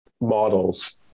models